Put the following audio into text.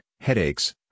headaches